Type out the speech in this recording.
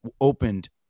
opened